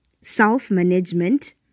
self-management